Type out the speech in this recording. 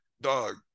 dog